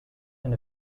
and